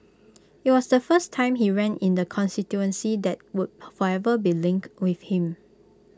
IT was the first time he ran in the constituency that would forever be linked with him